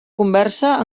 conversa